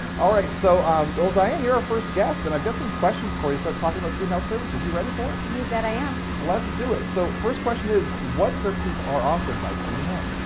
alright, so um, well diane, you're our first guest and i've got some questions for you to start talking about student health services. you ready for it? you bet i am. let's do it. so, first question is, what services are offered by student health?